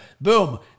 Boom